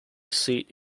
seat